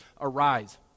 arise